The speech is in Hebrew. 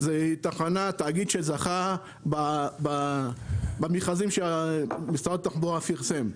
זה תאגיד שזכה במכרזים שמשרד התחבורה פרסם.